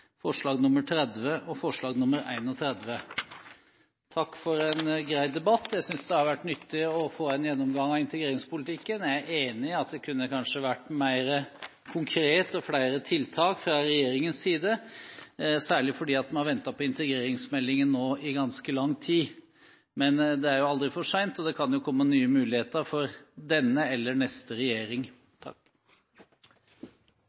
forslag nr. 30 og forslag nr. 31. Takk for en grei debatt. Jeg synes det har vært nyttig å få en gjennomgang av integreringspolitikken. Jeg er enig i at det kanskje kunne ha vært mer konkret og flere tiltak fra regjeringens side, særlig fordi vi har ventet på integreringsmeldingen nå i ganske lang tid. Men det er jo aldri for sent, og det kan komme nye muligheter for denne eller neste regjering.